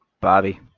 Bobby